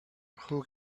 who